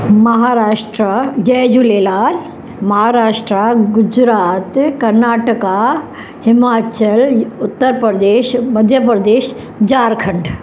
महाराष्ट्र जय झूलेलाल महाराष्ट्र गुजरात कर्नाटका हिमाचल उत्तर प्रदेश मध्य प्रदेश झारखंड